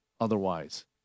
otherwise